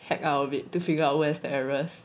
heck out of it to figure out where's the errors